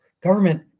government